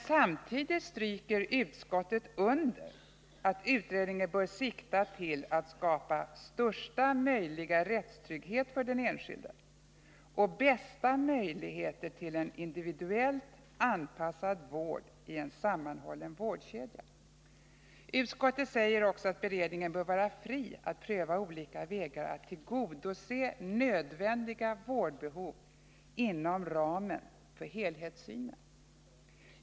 Samtidigt stryker utskottet under att utredningen bör sikta till att skapa största möjliga rättstrygghet för den enskilde och bästa möjligheter till en individuellt anpassad vård i en sammanhållen vårdkedja. Utskottet säger också att beredningen bör vara fri att pröva olika vägar att tillgodose nödvändiga vårdbehov inom ramen för helhetssynen.